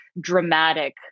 dramatic